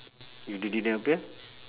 you didn't appear